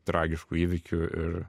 tragiškų įvykių ir